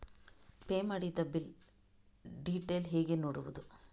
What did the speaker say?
Pay ಮಾಡಿದ bill detail ಹೇಗೆ ನೋಡುವುದು?